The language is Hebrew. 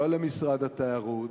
לא למשרד התיירות,